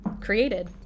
created